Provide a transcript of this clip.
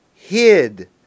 Hid